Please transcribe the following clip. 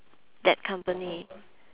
that company